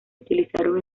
utilizaron